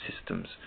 systems